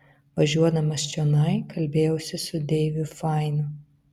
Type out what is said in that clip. važiuodamas čionai kalbėjausi su deiviu fainu